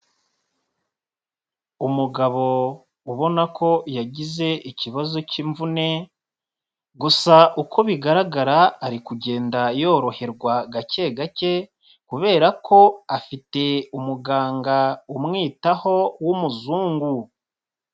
Umugabo ubona ko yagize ikibazo k'imvune, gusa uko bigaragara ari kugenda yoroherwa gake gake kubera ko afite umuganga umwitaho w'umuzungu.